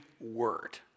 word